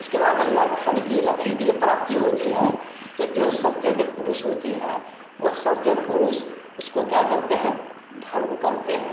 उसके बाद ल धन की लक्ष्मी की जब प्राप्ति होती है तो जो सज्जन पुरुष होती है वह सज्जन पुरुष उसको क्या करते हैं धर्म करते हैं